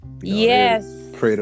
Yes